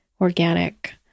organic